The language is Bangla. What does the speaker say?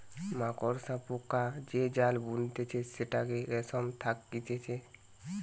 মাকড়সা পোকা যে জাল বুনতিছে সেটাতে রেশম থাকতিছে